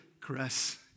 caress